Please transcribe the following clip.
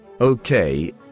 Okay